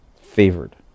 favored